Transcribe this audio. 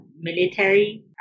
military